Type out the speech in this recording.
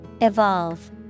Evolve